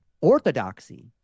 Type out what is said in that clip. orthodoxy